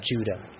Judah